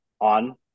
on